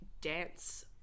dance